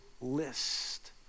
list